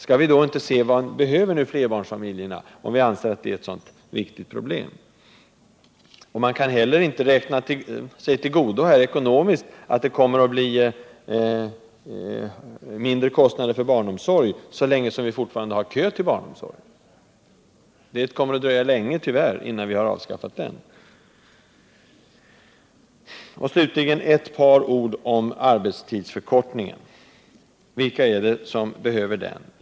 Skall vi då inte se vad flerbarnsfamiljerna behöver, om vi anser att det är ett så viktigt problem? Man kan heller inte ekonomiskt räkna sig till godo att det kommer att bli mindre kostnader för barnomsorgen så länge som vi fortfarande har en kö till barnomsorg. Det kommer tyvärr att dröja länge innan vi har avskaffat den kön. Slutligen några ord om arbetstidsförkortningen. Vilka är det som behöver den?